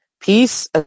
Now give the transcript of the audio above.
peace